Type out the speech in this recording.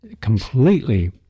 completely